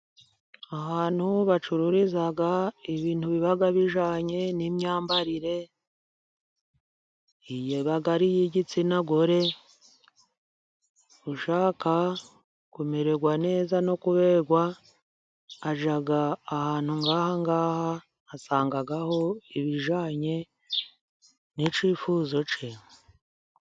Ahantu ho bacururiza ibintu biba bijyanye n'imyambarire iba ari iy'igitsina gore, ushaka kumererwa neza no kuberwa ajya ahantu nk'ahangaha akahasanga ibijyanye n'icyifuzo cye.